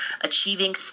achieving